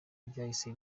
ryahise